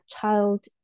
child